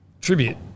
Tribute